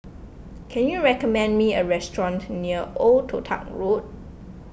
can you recommend me a restaurant near Old Toh Tuck Road